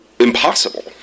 impossible